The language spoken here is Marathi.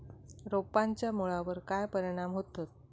रोपांच्या मुळावर काय परिणाम होतत?